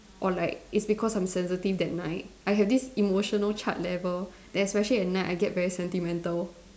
or like it's because I'm sensitive that night I have this emotional chart level that especially at night I get very sentimental